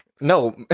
No